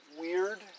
weird